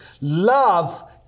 love